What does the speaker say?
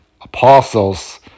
apostles